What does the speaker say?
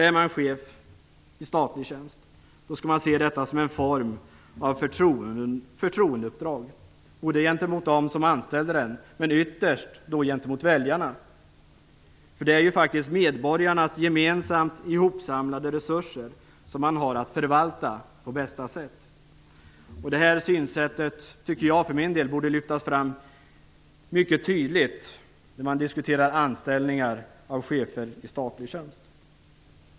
Är man chef i statlig tjänst skall man se detta som en form av förtroendeuppdrag gentemot dem som anställt en och ytterst gentemot väljarna. Det är faktiskt medborgarnas gemensamt ihopsamlade resurser som man har att förvalta på bästa sätt. Det synsättet tycker jag för min del borde lyftas fram mycket tydligt när man diskuterar anställningar av chefer i statlig tjänst.